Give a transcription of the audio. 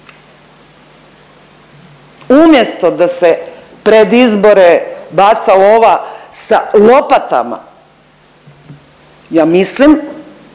Umjesto da se pred izbore baca lova sa lopatama ja mislim